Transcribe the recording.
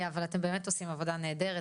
אבל אתם באמת עושים עבודה נהדרת,